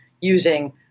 using